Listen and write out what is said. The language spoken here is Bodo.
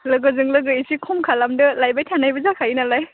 लोगोजों लोगो एसे खम खालामदो लायबाय थानायबो जाखायो नालाय